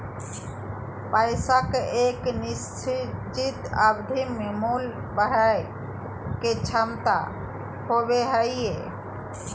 पैसा के एक निश्चित अवधि में मूल्य बढ़य के क्षमता होबो हइ